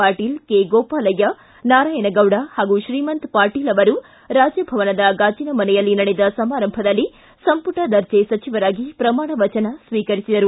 Patil K Gopalaiah Narayanagowda ಹಾಗೂ ಶ್ರೀಮಂತ ಪಾಟೀಲ್ ಅವರು ರಾಜಭವನದ ಗಾಜಿನ ಮನೆಯಲ್ಲಿ ನಡೆದ ಸಮಾರಂಭದಲ್ಲಿ ಸಂಪುಟ ದರ್ಜೆ ಸಚಿವರಾಗಿ ಪ್ರಮಾಣ ವಚನ ಸ್ವೀಕರಿಸಿದರು